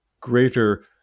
greater